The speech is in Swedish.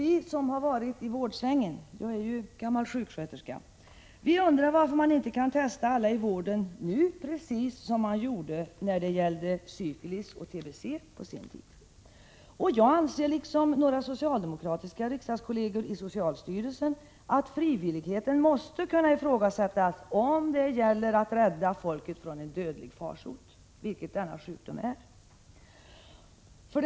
Vi som har varit i ”vårdsvängen” — jag är ju gammal sjuksköterska — undrar varför man inte kan testa alla i vården nu, precis som man gjorde när det gällde syfilis och tbc på sin tid. Jag anser, liksom några socialdemokratiska riksdagskolleger i socialstyrelsens styrelse, att frivilligheten måste kunna ifrågasättas, om det gäller att rädda folket från en dödlig farsot, vilket denna sjukdom är. 4.